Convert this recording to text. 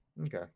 Okay